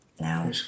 Now